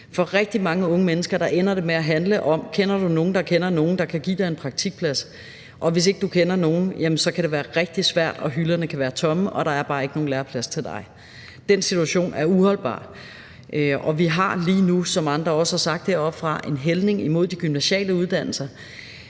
For rigtig mange unge mennesker ender det med at handle om: Kender du nogen, der kender nogen, der kan give dig en praktikplads? Og hvis ikke du kender nogen, jamen så kan det være rigtig svært, for hylderne kan være tomme, og så er der bare ikke nogen læreplads til dig. Den situation er uholdbar, og vi har lige nu, som andre også har sagt heroppefra, en hældning imod de gymnasiale uddannelser.